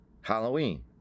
Halloween